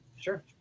Sure